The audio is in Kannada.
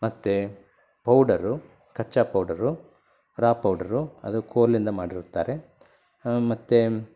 ಮತ್ತು ಪೌಡರ್ರು ಕಚ್ಚಾ ಪೌಡರ್ರು ರಾ ಪೌಡರ್ರು ಅದು ಕೋಲಿಂದ ಮಾಡಿರುತ್ತಾರೆ ಮತ್ತು